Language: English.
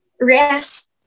Rest